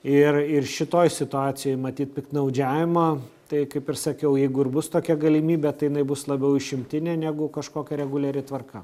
ir ir šitoj situacijoj matyt piktnaudžiavimo tai kaip ir sakiau jeigu ir bus tokia galimybė tai jinai bus labiau išimtinė negu kažkokia reguliari tvarka